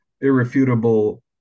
irrefutable